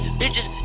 bitches